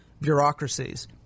bureaucracies